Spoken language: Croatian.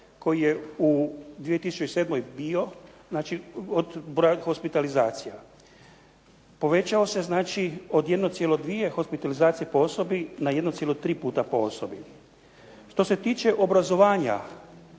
koji je u 2007. bio znači od broja hospitalizacija. Povećao se znači od 1,2 hospitalizacije po osobi na 1,3 puta po osobi. Što se tiče obrazovanja,